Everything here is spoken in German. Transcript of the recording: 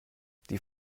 die